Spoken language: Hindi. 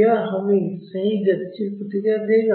यह हमें सही गतिशील प्रतिक्रिया देगा